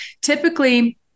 Typically